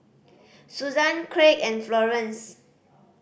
Suzan Craig and Florance